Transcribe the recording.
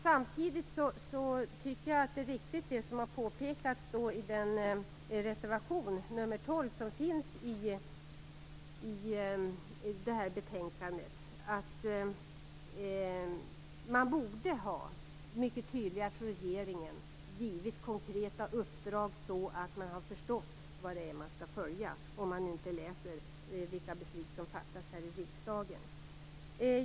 Samtidigt tycker jag att det är riktigt som har påpekats i reservation nr 12 till det här betänkandet, att regeringen mycket tydligare borde ha givits konkreta uppdrag, så att man förstått vad det är man skall följa, om man nu inte läser vilka beslut som fattas här i riksdagen.